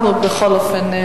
בכל אופן, עמדנו.